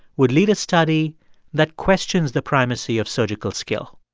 would lead a study that questions the primacy of surgical skill